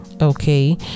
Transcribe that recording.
okay